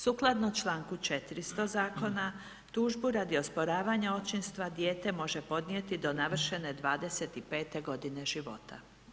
Sukladno članku 400. zakona tužbu radi osporavanja očinstva dijete može podnijeti do navršene 25 godine života.